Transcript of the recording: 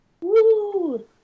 Woo